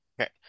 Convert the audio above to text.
Okay